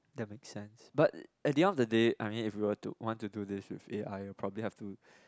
that make sense but at the end of day I mean if were to want to do this with A_I will probably have to